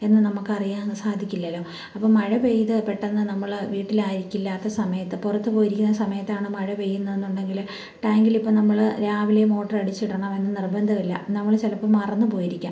എന്ന് നമ്മൾക്ക് അറിയാൻ സാധിക്കില്ലല്ലോ അപ്പം മഴ പെയ്തു പെട്ടെന്ന് നമ്മൾ വീട്ടിലായിരിക്കില്ലാത്ത സമയത്ത് പുറത്ത് പോയിരിക്കുന്ന സമയത്താണ് മഴ പെയ്യുന്നതെന്നുണ്ടെങ്കിൽ ടാങ്കിൽ ഇപ്പം നമ്മള് രാവിലെ മോട്ടർ അടിച്ച് ഇടണമെന്ന് നിർബന്ധമില്ല നമ്മൾ ചിലപ്പം മറന്നു പോയിരിക്കാം